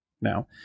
now